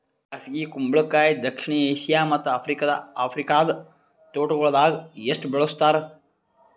ಬ್ಯಾಸಗಿ ಕುಂಬಳಕಾಯಿ ದಕ್ಷಿಣ ಏಷ್ಯಾ ಮತ್ತ್ ಆಫ್ರಿಕಾದ ತೋಟಗೊಳ್ದಾಗ್ ಅಷ್ಟೆ ಬೆಳುಸ್ತಾರ್